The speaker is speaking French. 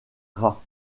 gras